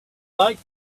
like